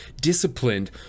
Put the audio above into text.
disciplined